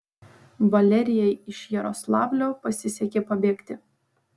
valerijai iš jaroslavlio pasisekė pabėgti